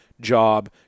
job